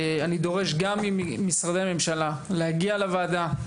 אני דורש גם ממשרדי הממשלה להגיע לוועדה.